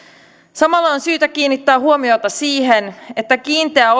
samalla on syytä kiinnittää huomiota siihen että kiinteä